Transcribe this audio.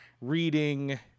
reading